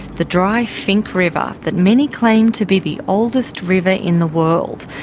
the dry finke river, that many claim to be the oldest river in the world,